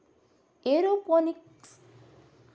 aeroponics ವಾಸ್ತವವಾಗಿ hydroponic ವ್ಯವಸ್ಥೆಯ ಉಪ ವಿಭಾಗವಾಗಿದೆ